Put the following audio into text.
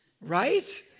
Right